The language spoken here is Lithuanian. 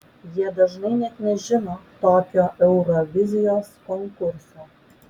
jie dažnai net nežino tokio eurovizijos konkurso